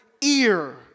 ear